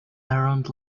around